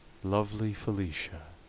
lovely felicia,